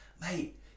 Mate